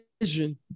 vision